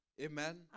Amen